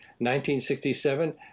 1967